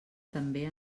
també